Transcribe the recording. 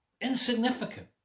insignificant